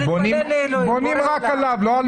"ואולם בבר או בפאב מספר הלקוחות לא יעלה